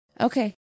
Okay